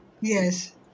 Yes